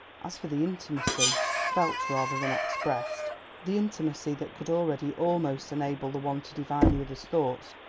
as for the intimacy felt rather than expressed the intimacy that could already almost enable the one to divine the other's thought,